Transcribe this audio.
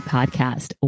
Podcast